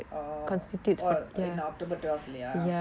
oh oh in october twelve ah